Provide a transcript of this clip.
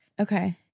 okay